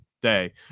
Day